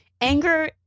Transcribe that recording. anger